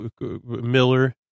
Miller